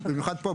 במיוחד פה,